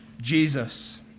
Jesus